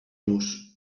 los